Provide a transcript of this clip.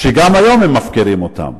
כי גם היום מפקירים אותם.